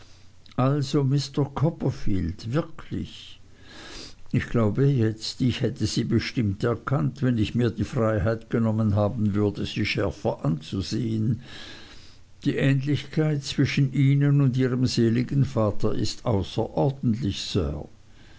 also mr copperfield wirklich ich glaube jetzt ich hätte sie bestimmt erkannt wenn ich mir die freiheit genommen haben würde sie schärfer anzusehen die ähnlichkeit zwischen ihnen und ihrem seligen vater ist außerordentlich sir